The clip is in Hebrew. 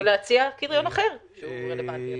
או להציע קריטריון אחר שהוא רלוונטי.